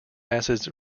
acids